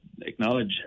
acknowledge